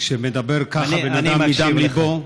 כשמדבר ככה בן אדם מדם לבו.